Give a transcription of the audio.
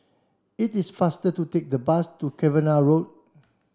it is faster to take the bus to Cavenagh Road